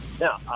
Now